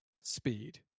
speed